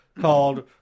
called